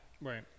Right